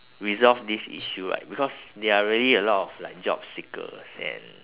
resolve this issue like because there are really a lot of job seekers and